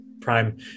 prime